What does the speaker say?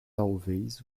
talvez